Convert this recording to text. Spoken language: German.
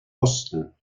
osten